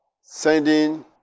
sending